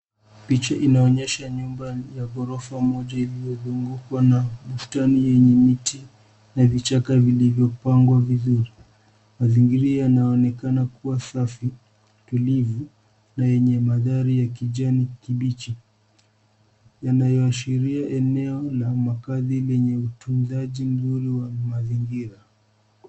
Picha inaonyesha nyumba ya gorofa moja iliyozugukwa na bustani yenye miti na vichaka vilivyopagwa vizuri. Mazigira yanaonekana kuwa safi tulivu na yenye mandhari ya kijani kibichi yanayoashiria eneo la makahazi lenye utuzaji mzuri wa mazigira.